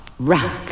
Rock